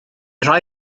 rhai